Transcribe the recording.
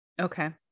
Okay